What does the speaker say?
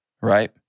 right